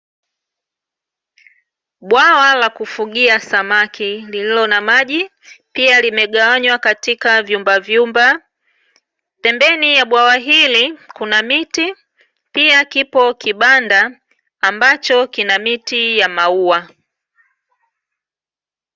Bwawa la kufugia samaki lililio na maji pia limegawanywa katika vyumbavyumba. Pembeni ya bwawa hili kuna miti pia kipo kibanda ambacho kina miti ya maua.